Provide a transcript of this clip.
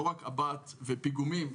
לא רק קב"ט ופיגומים,